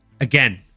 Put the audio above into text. again